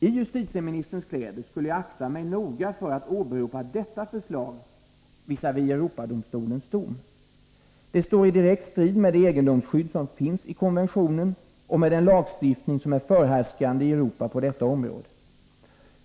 I justitieministerns kläder skulle jag akta mig noga för att åberopa detta förslag visavi Europadomstolens dom. Det står i direkt strid med det egendomsskydd som finns i konventionen och med den lagstiftning som är den förhärskande i Europa på detta område.